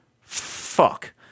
fuck